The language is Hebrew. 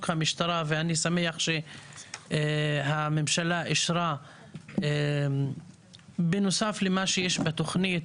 המשטרה ואני שמח שהממשלה אישרה בנוסף למה שיש בתוכנית,